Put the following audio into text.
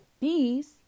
bees